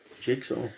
Jigsaw